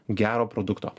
gero produkto